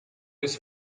bis